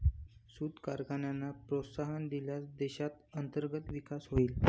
सूत कारखान्यांना प्रोत्साहन दिल्यास देशात अंतर्गत विकास होईल